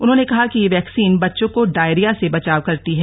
उन्होंने कहा कि यह वैक्सीन बच्चों को डायरिया से बचाव करता है